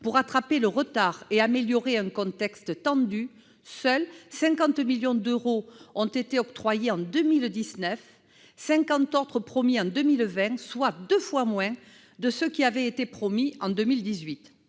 pour rattraper le retard et améliorer un contexte tendu, seuls 50 millions d'euros ont été octroyés en 2019, 50 autres millions étant promis pour 2020, soit deux fois moins que ce qui avait été prévu en 2018.